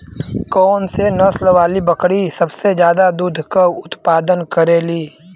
कौन से नसल वाली बकरी सबसे ज्यादा दूध क उतपादन करेली?